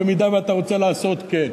ובמידה שאתה רוצה לעשות כן.